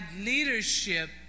leadership